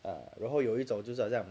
ah 然后有一种就是好像